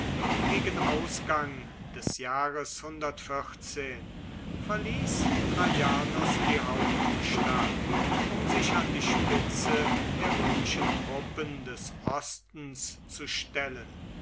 gegen ausgang des jahres verließ traianus die hauptstadt um sich an die spitze der römischen truppen des ostens zu stellen